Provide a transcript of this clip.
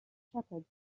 shepherd